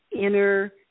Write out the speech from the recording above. inner